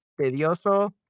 Tedioso